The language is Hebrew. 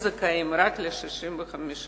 שזכאים רק ל-65,000.